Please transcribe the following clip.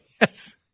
Yes